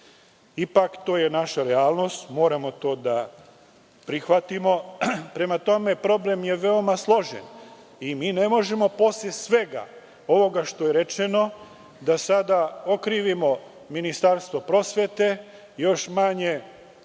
Ipak, to je naša realnost. Moramo to da prihvatimo. Prema tome, problem je veoma složen i mi ne možemo posle svega ovoga što je rečeno da sada okrivimo Ministarstvo prosvete, još manje